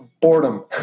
boredom